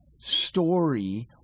story